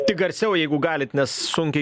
tik garsiau jeigu galit nes sunkiai